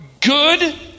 good